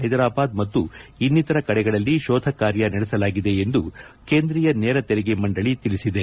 ಹೈದರಾಬಾದ್ ಮತ್ತು ಇನ್ನಿತರ ಕಡೆಗಳಲ್ಲಿ ಶೋಧ ಕಾರ್ಯ ನಡೆಸಲಾಗಿದೆ ಎಂದು ಕೇಂದ್ರೀಯ ನೇರ ತೆರಿಗೆ ಮಂಡಳಿ ತಿಳಿಸಿದೆ